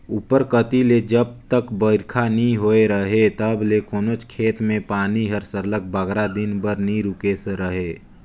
उपर कती ले जब तक बरिखा नी होए रहें तब ले कोनोच खेत में पानी हर सरलग बगरा दिन बर नी रूके रहे